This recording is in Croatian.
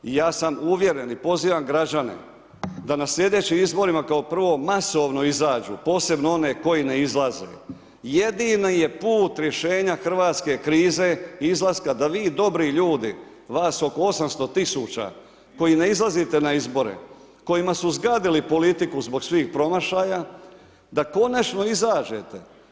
I ja sam uvjeren i pozivam građane da na sljedećim izborima kao prvo masovno izađu posebno one koji ne izlaze, jedini je put rješenja hrvatske krize izlaska da vi dobri ljudi vas oko 800 tisuća koji ne izlazite na izbore, kojima su zgadili politiku zbog svih promašaja da konačno izađete.